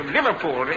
Liverpool